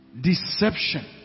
Deception